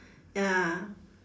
ya